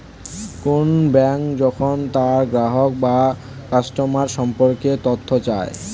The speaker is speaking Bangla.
কোন ব্যাঙ্ক যখন তার গ্রাহক বা কাস্টমার সম্পর্কে তথ্য চায়